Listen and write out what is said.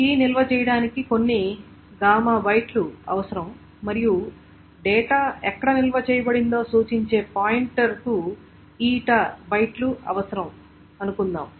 key నిల్వ చేయడానికి కొన్ని gamma γ బైట్లు అవసరం మరియు డేటా ఎక్కడ నిల్వ చేయబడిందో సూచించే పాయింటర్కు etaη బైట్లు అవసరం అనుకుందాం